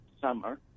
summer